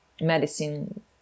medicine